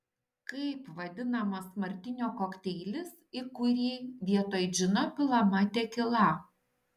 kaip vadinamas martinio kokteilis į kurį vietoj džino pilama tekila